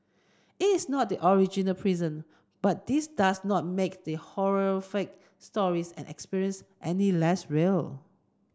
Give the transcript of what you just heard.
it is not the original prison but this does not make the horrific stories and experiences any less real